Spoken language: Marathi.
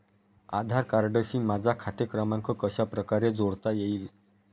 आधार कार्डशी माझा खाते क्रमांक कशाप्रकारे जोडता येईल?